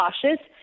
cautious